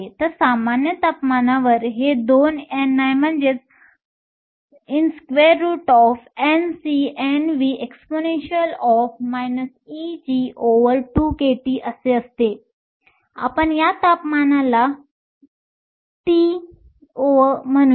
तर सामान्य तापमानावर ते 2 ni NcNvexp Eg2k असते आपण या तापमानाला T‵ म्हणूया